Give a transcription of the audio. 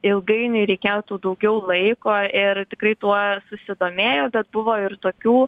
ilgainiui reikėtų daugiau laiko ir tikrai tuo susidomėjo bet buvo ir tokių